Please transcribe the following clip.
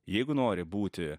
jeigu nori būti